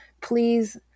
please